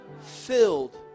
filled